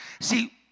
see